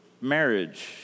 marriage